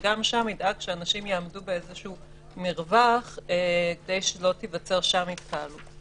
שגם שם ידאג שאנשים יעמדו במרווח כדי שלא תיווצר שם התקהלות.